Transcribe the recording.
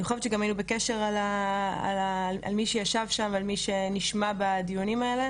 אני חושבת שגם היו בקשר על מי שישב שם ומי שנשמע בדיונים האלה